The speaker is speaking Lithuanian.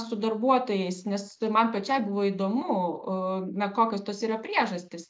su darbuotojais nes tai man pačiai buvo įdomu e na kokios tos yra priežastys